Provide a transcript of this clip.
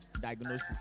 diagnosis